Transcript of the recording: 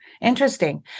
Interesting